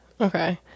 Okay